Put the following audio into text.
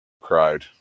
cried